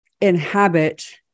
inhabit